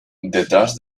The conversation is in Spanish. detrás